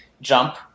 jump